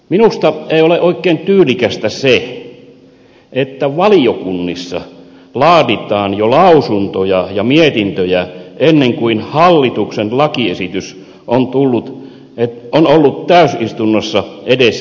minusta ei ole oikein tyylikästä se että valiokunnissa laaditaan jo lausuntoja ja mietintöjä ennen kuin hallituksen lakiesitys on ollut täysistunnossa edes lähetekeskustelussa